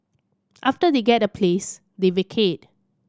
after they get a place they vacate